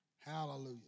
Hallelujah